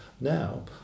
Now